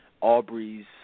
Aubrey's